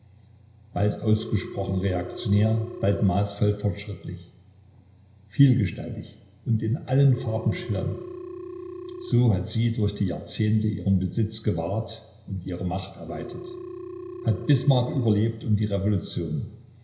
bald ausgesprochen reaktionär bald maßvoll fortschrittlich vielgestaltig und in allen farben schillernd so hat sie durch die jahrzehnte ihren besitz gewahrt und ihre macht erweitert hat bismarck überlebt und die revolution